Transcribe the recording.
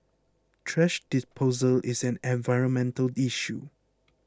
thrash disposal is an environmental issue